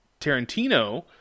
Tarantino